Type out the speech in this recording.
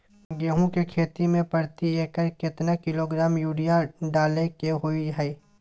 गेहूं के खेती में प्रति एकर केतना किलोग्राम यूरिया डालय के होय हय?